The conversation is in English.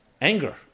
anger